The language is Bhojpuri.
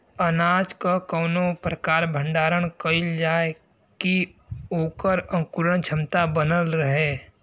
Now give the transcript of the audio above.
अनाज क कवने प्रकार भण्डारण कइल जाय कि वोकर अंकुरण क्षमता बनल रहे?